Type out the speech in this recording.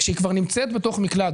כשהיא כבר נמצאת בתוך מקלט,